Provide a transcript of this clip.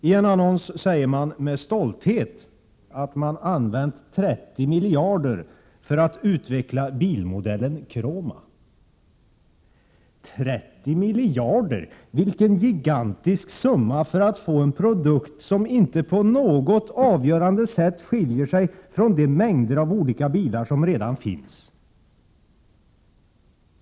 I en annons säger man med stolthet att man har använt 30 miljarder för att utveckla bilmodellen Croma. 30 miljarder — vilken gigantisk summa för att få en produkt som inte på något avgörande sätt skiljer sig från de mängder av olika bilar som redan finns!